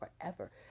forever